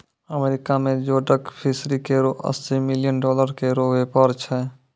America में जोडक fishery केरो अस्सी मिलियन डॉलर केरो व्यापार छै